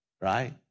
right